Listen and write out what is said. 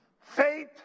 Faith